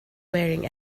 wearing